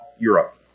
Europe